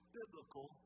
biblical